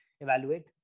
evaluate